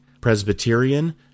presbyterian